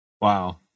Wow